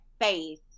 faith